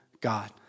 God